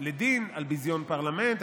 לדין על ביזיון פרלמנט,